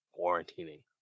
quarantining